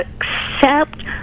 accept